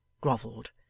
grovelled